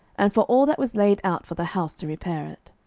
and for all that was laid out for the house to repair it.